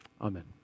Amen